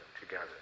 together